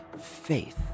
faith